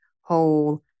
whole